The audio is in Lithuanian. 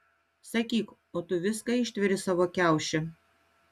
sakyk o tu viską ištveri savo kiauše